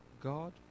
God